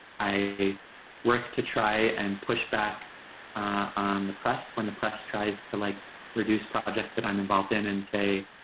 i work to try and push back on the press, when the press tries to like reduce projects that i'm involved in and say,